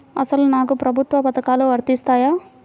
అసలు నాకు ప్రభుత్వ పథకాలు వర్తిస్తాయా?